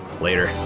later